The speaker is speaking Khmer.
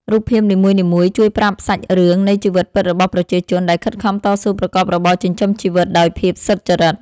រូបភាពនីមួយៗជួយប្រាប់សាច់រឿងនៃជីវិតពិតរបស់ប្រជាជន ដែលខិតខំតស៊ូប្រកបរបរចិញ្ចឹមជីវិតដោយភាពសុចរិត។